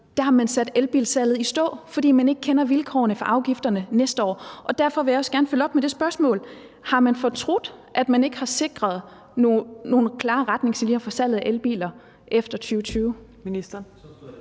at man har sat elbilsalget i stå, fordi man ikke kender vilkårene for afgifterne næste år. Og derfor vil jeg også gerne følge op med det spørgsmål: Har man fortrudt, at man ikke har sikret nogle klare retningslinjer for salget af elbiler efter 2020? Kl.